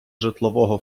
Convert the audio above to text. житлового